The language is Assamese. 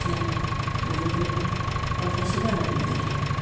এতিয়া দূৰৰতো পঠাইছিলোঁ আৰু সেনেকৈয়ে